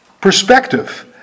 perspective